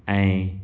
ऐं